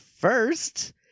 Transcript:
first